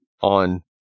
on